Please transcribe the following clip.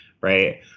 right